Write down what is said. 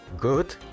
good